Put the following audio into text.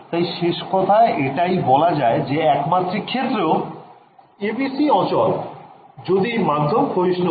তাই শেষ কথা এটা বলাই যায় যে একমাত্রিক ক্ষেত্রেও ABC অচল যদি মাধ্যম ক্ষয়িষ্ণু হয়